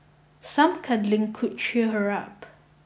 some cuddling could cheer her up